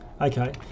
Okay